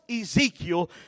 Ezekiel